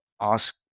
ask